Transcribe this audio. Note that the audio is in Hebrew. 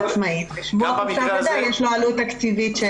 בצורה עצמאית, ויש לזה עלות תקציבית.